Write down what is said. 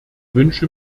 wünsche